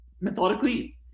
methodically